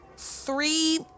three